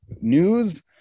news